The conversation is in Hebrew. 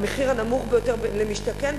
המחיר הנמוך ביותר למשתכן.